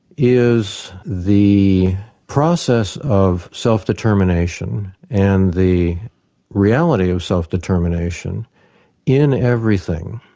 is the process of self-determination and the reality of self-determination in everything.